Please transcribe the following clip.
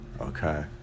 okay